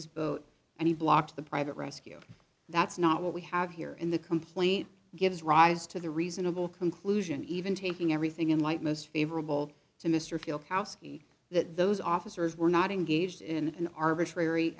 his boat and he blocked the private rescue that's not what we have here in the complaint gives rise to the reasonable conclusion even taking everything in light most favorable to mr feel koski that those officers were not engaged in an arbitrary